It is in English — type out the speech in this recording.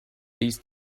these